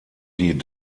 die